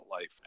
life